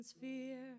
fear